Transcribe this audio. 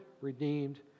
redeemed